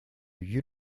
you